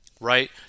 right